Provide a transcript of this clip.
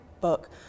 book